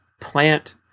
plant